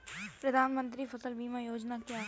प्रधानमंत्री फसल बीमा योजना क्या है?